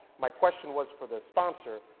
my question was, for the sponsor,